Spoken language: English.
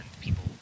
people